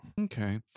Okay